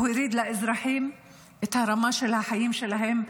הוא הוריד לאזרחים את הרמה של החיים שלהם,